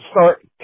start